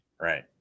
Right